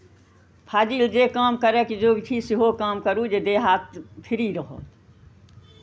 फाजिल जे काम करयके जोग्य छी सेहो काम करू जे देह हाथ फ्री रहत